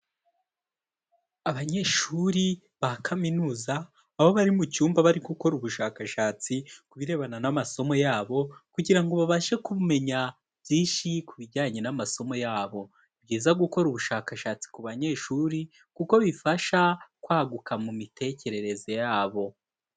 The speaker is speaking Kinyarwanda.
Abanyeshuri ba kaminuza aho bari mu cyumba bari gukora ubushakashatsi, ku birebana n'amasomo yabo kugira ngo babashe kumenya byinshi ku bijyanye n'amasomo yabo, ni byiza gukora ubushakashatsi ku banyeshuri kuko bifasha kwaguka mu mitekerereze yabo.